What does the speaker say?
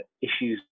issues